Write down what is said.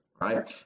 right